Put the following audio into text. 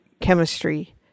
chemistry